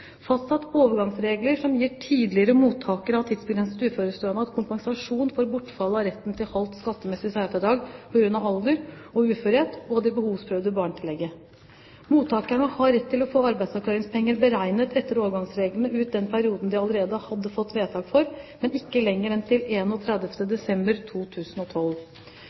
fastsatt overgangsregler som gir tidligere mottakere av tidsbegrenset uførestønad kompensasjon for bortfallet av retten til halvt skattemessig særfradrag på grunn av alder og uførhet og det behovsprøvde barnetillegget. Mottakerne har rett til å få arbeidsavklaringspenger beregnet etter overgangsreglene ut den perioden de allerede hadde fått vedtak for, men ikke lenger enn til 31. desember 2012.